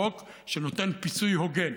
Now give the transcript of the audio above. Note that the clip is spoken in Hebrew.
החוק שנותן פיצוי הוגן,